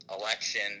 election